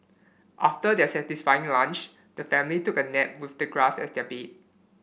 after their satisfying lunch the family took a nap with the grass as their bed